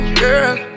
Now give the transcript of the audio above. girl